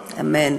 אמן.